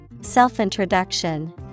Self-introduction